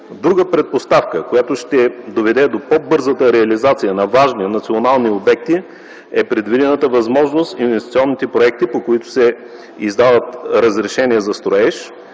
Друга предпоставка, която ще доведе до по-бързата реализация на важни национални обекти, е предвидената възможност инвестиционните проекти, по които се издава разрешение за строеж